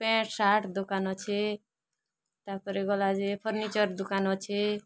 pant shirt ଦୋକାନ ଅଛି ତାପରେ ଗଲା ଯେ ଫର୍ନିଚର୍ ଦୋକାନ ଅଛି